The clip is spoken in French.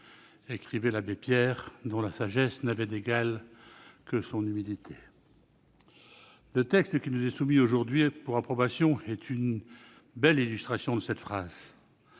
écrivait l'abbé Pierre, dont la sagesse n'avait d'égale que l'humilité. La proposition de loi qui nous est soumise aujourd'hui pour approbation est une belle illustration de cette phrase.